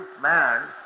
man